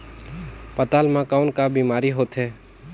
पातल म कौन का बीमारी होथे?